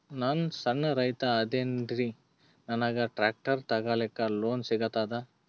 ನಾನ್ ಸಣ್ ರೈತ ಅದೇನೀರಿ ನನಗ ಟ್ಟ್ರ್ಯಾಕ್ಟರಿ ತಗಲಿಕ ಲೋನ್ ಸಿಗತದ?